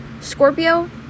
Scorpio